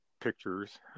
pictures